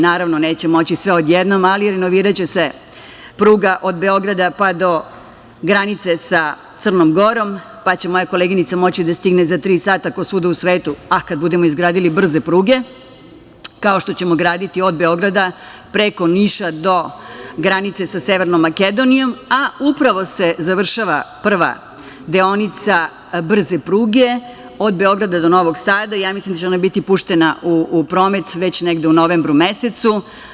Naravno, neće moći sve odjednom, ali renoviraće se pruga od Beograda, pa do granice sa Crnom Gorom, pa će moja koleginica moći da stigne za tri sata, kao svuda u svetu, a kada budemo izgradili brze pruge, kao što ćemo graditi od Beograda preko Niša do granice sa Severnom Makedonijom, a upravo se završava prva deonica brze pruge od Beograda do Novog Sada i ja mislim da će ona biti puštena u promet već negde u novembru mesecu.